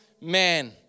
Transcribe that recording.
man